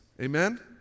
Amen